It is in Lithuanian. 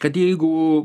kad jeigu